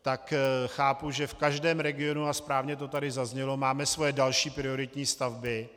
Tak chápu, že v každém regionu, a správně to tady zaznělo, máme svoje další prioritní stavby.